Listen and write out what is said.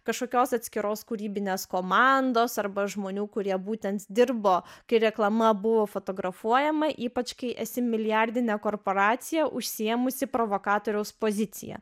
kašokios atskiros kūrybinės komandos arba žmonių kurie būtent dirbo kai reklama buvo fotografuojama ypač kai esi milijardinė korporacija užsiėmusi provokatoriaus poziciją